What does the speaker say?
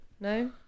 no